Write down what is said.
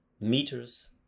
meters